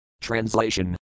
Translation